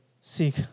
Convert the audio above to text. seek